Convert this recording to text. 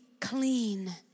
clean